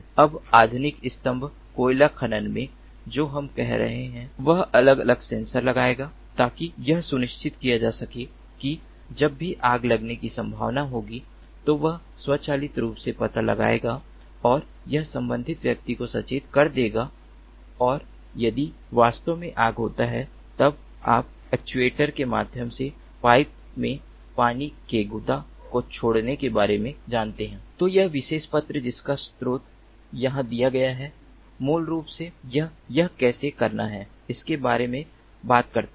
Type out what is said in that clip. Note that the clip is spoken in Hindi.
अब आधुनिक स्तंभ कोयला खनन में जो हम कह रहे हैं वह अलग अलग सेंसर लगाएगा ताकि यह सुनिश्चित किया जा सके कि जब भी आग लगने की संभावना होगी तो यह स्वचालित रूप से पता लग जाएगा और यह संबंधित व्यक्तियों को सचेत कर देगा और यदि वास्तव में आग होता है तब आप एक्ट्यूएटर्स के माध्यम से पाइप में पानी के गुदा को छोड़ने के बारे में जानते हैं तो यह विशेष पत्र जिसका स्रोत यहां दिया गया है मूल रूप से यह कैसे करना है इसके बारे में बात करता है